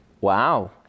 Wow